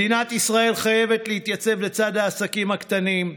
מדינת ישראל חייבת להתייצב לצד העסקים הקטנים,